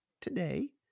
today